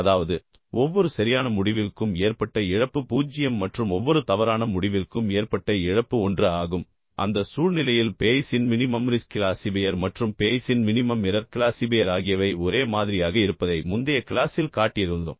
அதாவது ஒவ்வொரு சரியான முடிவிற்கும் ஏற்பட்ட இழப்பு 0 மற்றும் ஒவ்வொரு தவறான முடிவிற்கும் ஏற்பட்ட இழப்பு 1 ஆகும் அந்த சூழ்நிலையில் பேய்ஸின் மினிமம் ரிஸ்க் கிளாசிபையர் மற்றும் பேய்ஸின் மினிமம் எரர் கிளாசிபையர் ஆகியவை ஒரே மாதிரியாக இருப்பதை முந்தைய கிளாசில் காட்டியிருந்தோம்